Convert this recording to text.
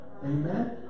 amen